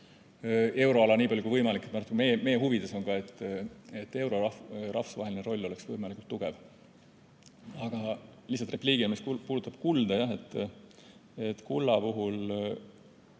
euroala nii palju kui võimalik. Meie huvides on ka, et euro rahvusvaheline roll oleks võimalikult tugev. Aga lihtsalt repliigina, mis puudutab kulda, lihtsalt